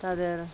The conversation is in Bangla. তাদের